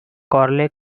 corley